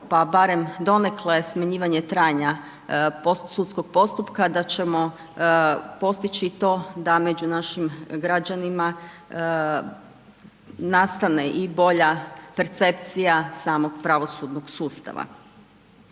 pa barem, donekle, smanjivanje trajanja sudskog postupka, da ćemo postići i to, da među našim građanima, nastane i bolja percepcija smog pravosudnog sustava.